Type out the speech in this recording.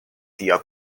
tia